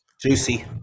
Juicy